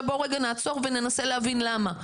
בואו נעצור וננסה להבין למה.